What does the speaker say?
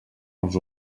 els